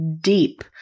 deep